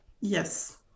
Yes